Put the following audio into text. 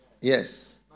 Yes